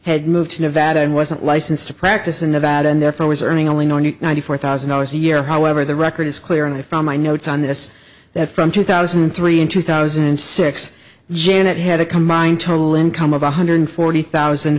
had moved to nevada and wasn't licensed to practice in nevada and therefore was earning only ninety four thousand dollars a year however the record is clear and i found my notes on this that from two thousand and three in two thousand and six janet had a combined total income of one hundred forty thousand